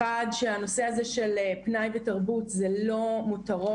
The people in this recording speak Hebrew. אחד, שהנושא הזה של פנאי ותרבות זה לא מותרות.